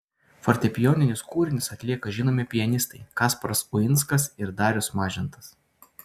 fortepijoninius kūrinius atlieka žinomi pianistai kasparas uinskas ir darius mažintas